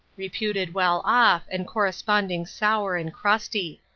reputed well off and corresponding sour and crusty.